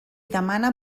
demana